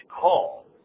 call